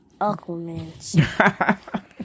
Aquaman